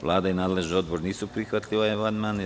Vlada i nadležni odbor nisu prihvatili ovaj amandman.